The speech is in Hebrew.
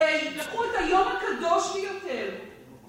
לקחו את היום הקדוש ביותר